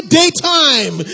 daytime